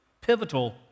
pivotal